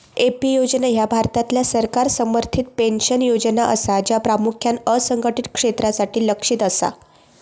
AP योजना ह्या भारतातल्या सरकार समर्थित पेन्शन योजना असा, ज्या प्रामुख्यान असंघटित क्षेत्रासाठी लक्ष्यित असा